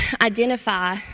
identify